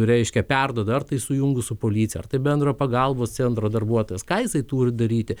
reiškia perduoda ar tai sujungus su policija ar tai bendro pagalbos centro darbuotojas ką jisai turi daryti